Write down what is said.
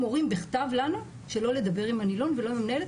מורים בכתב לנו שלא לדבר עם הנילון ולא עם המנהלת